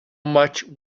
much